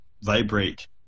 vibrate